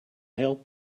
help